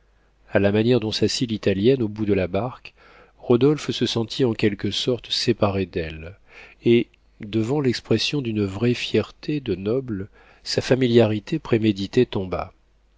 a la manière dont s'assit l'italienne au bout de la barque rodolphe se sentit en quelque sorte séparé d'elle et devant l'expression d'une vraie fierté de noble sa familiarité préméditée tomba